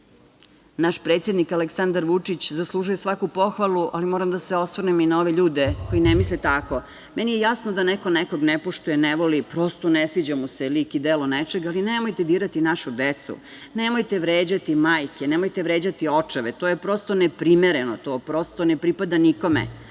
naš predsednik Aleksandar Vučić zaslužuje svaku pohvali, ali moram da se osvrnem i na ove ljude koji ne misle tako. Meni je jasno da neko nekog ne poštuje, ne voli, prosto ne sviđa mu se lik i delo nečega, ali nemojte dirati našu decu, nemojte vređati majke, nemojte vređati očeve, to je prosto neprimereno, to prosto ne pripada